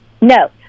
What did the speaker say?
no